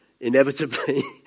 inevitably